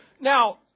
Now